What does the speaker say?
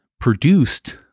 produced